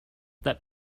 that